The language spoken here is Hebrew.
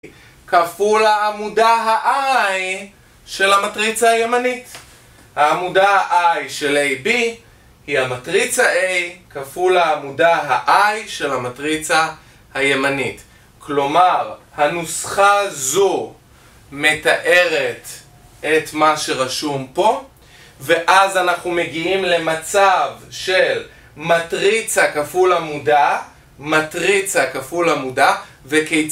כפול העמודה ה-I של המטריצה הימנית. העמודה ה-I של A,B היא המטריצה A כפול העמודה ה-I של המטריצה הימנית. כלומר, הנוסחה הזו מתארת את מה שרשום פה ואז אנחנו מגיעים למצב של מטריצה כפול עמודה, מטריצה כפול עמודה, וכיצ...